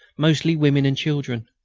mostly women and children.